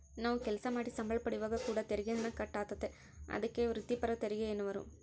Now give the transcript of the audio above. ನಾವು ಕೆಲಸ ಮಾಡಿ ಸಂಬಳ ಪಡೆಯುವಾಗ ಕೂಡ ತೆರಿಗೆ ಹಣ ಕಟ್ ಆತತೆ, ಅದಕ್ಕೆ ವ್ರಿತ್ತಿಪರ ತೆರಿಗೆಯೆನ್ನುವರು